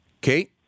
Kate